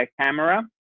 camera